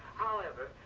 however,